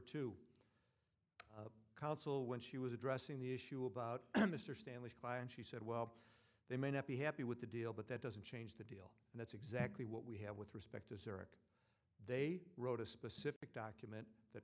two counsel when she was addressing the issue about mr stanley's client she said well they may not be happy with the deal but that doesn't change the deal and that's exactly what we have with respect to serach they wrote a specific document that